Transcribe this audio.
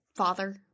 father